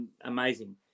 amazing